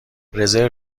رزرو